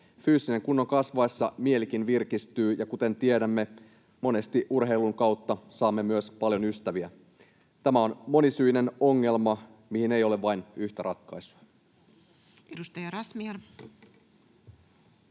Fyysisen kunnon kasvaessa mielikin virkistyy, ja kuten tiedämme, monesti urheilun kautta saamme myös paljon ystäviä. Tämä on monisyinen ongelma, mihin ei ole vain yhtä ratkaisua. Edustaja Razmyar.